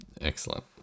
excellent